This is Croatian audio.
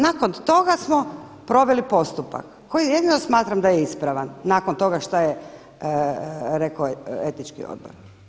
Nakon toga smo proveli postupak koji jedino smatram da je ispravan nakon toga što je rekao Etički odbor.